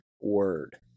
word